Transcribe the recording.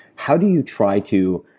how do you try to,